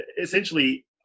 essentially